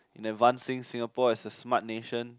in advancing Singapore as a smart nation